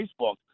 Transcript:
Facebook